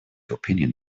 opinion